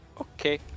Okay